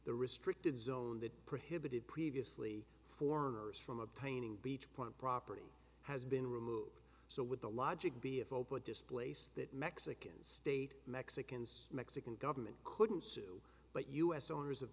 the restricted zone that prohibited previously foreigners from obtaining beach point property has been removed so with the logic be of open displace that mexicans state mexicans mexican government couldn't sue but us owners of